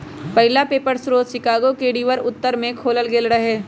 पहिला पेपर स्रोत शिकागो के रिवर उत्तर में खोलल गेल रहै